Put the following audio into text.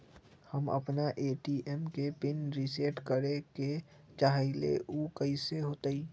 हम अपना ए.टी.एम के पिन रिसेट करे के चाहईले उ कईसे होतई?